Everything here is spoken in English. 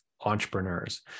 entrepreneurs